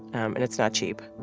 um and it's not cheap.